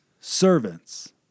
servants